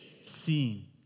seen